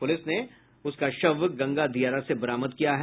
police ने उसका शव गंगा दियारा से बरामद किया है